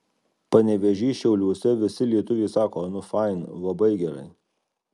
panevėžy šiauliuose visi lietuviai sako nu fain labai gerai